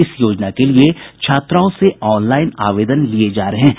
इस योजना के लिए छात्राओं से ऑनलाईन आवेदन लिये जा रहे हैं